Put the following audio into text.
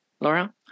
laura